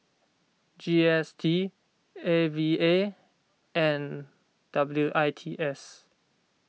G S T A V A and W I T S